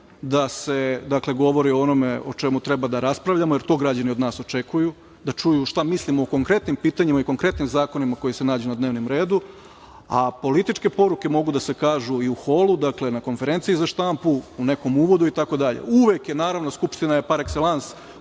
da se govori o onome o čemu treba da raspravljamo, jer to građani od nas očekuju, da čuju šta mislimo o konkretnim pitanjima i konkretnim zakonima koji se nađu na dnevnom redu, a političke poruke mogu da se kažu i u holu, na konferenciji za štampu, u nekom uvodu itd. Naravno, Skupština je parekselans